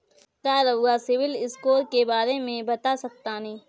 का रउआ सिबिल स्कोर के बारे में बता सकतानी?